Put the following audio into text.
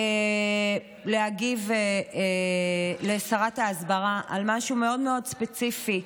להגיב לשרת ההסברה על משהו מאוד מאוד ספציפי.